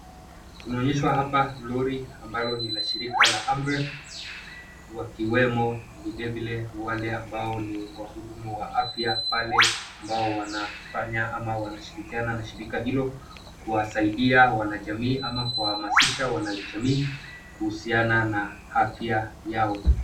Tunaonyeshwa hapa lori ambalo ni la shirika la Amref, wakiwemo vilevile wale ambao ni wahudumu wa afya pale ambao wanafanya ama wanashirikiana na shirika hilo, kuwasaidia wanajamii au kuwahamasisha wanajamii kuhusiana na afya yao.